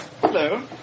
Hello